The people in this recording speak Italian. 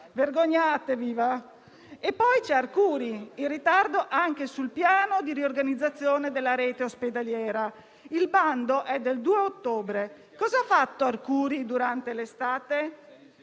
Vergognatevi, va? E poi c'è Arcuri, in ritardo anche sul piano di riorganizzazione della rete ospedaliera. Il bando è del 2 ottobre, cosa ha fatto Arcuri durante l'estate?